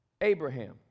Abraham